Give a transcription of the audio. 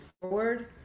forward